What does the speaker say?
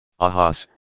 Ahas